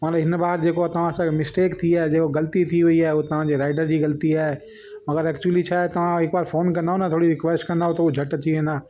हाणे हिन बार जेको तव्हांसां मिसटेक थी आहे जेको ग़लती थी वयी आहे उहो तव्हांजे राइडर जी ग़लती आहे मगर एक्चुली छाहे तव्हां हिक बार फोन कंदाव न थोरी रिक्वेस्ट कंदाव त हूं झटि अची वेंदा